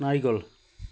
নাৰিকল